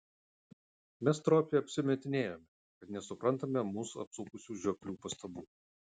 mes stropiai apsimetinėjome kad nesuprantame mus apsupusių žioplių pastabų